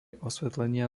osvetlenia